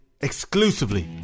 exclusively